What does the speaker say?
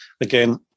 again